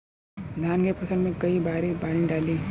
धान के फसल मे कई बारी पानी डाली?